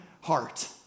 heart